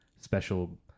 special